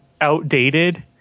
outdated